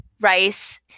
rice